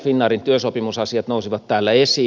finnairin työsopimusasiat nousivat täällä esiin